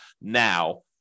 now